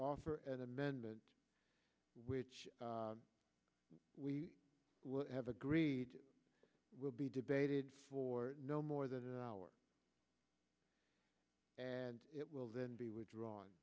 offer an amendment which we have agreed will be debated for no more than an hour and it will then be withdrawn